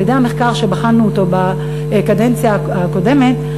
לפי המחקר שבחנו אותו בקדנציה הקודמת,